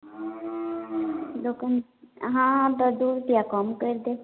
दोकान अहाँ कऽ दू रुपआ कम करि देब